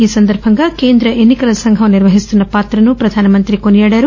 ఈ సందర్భంగా కేంద్ర ఎన్ని కల సంఘం నిర్వహిస్తున్న పాత్రను ప్రధాని కొనియాడారు